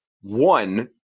one